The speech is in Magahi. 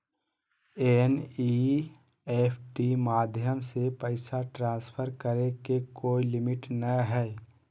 एन.ई.एफ.टी माध्यम से पैसा ट्रांसफर करे के कोय लिमिट नय हय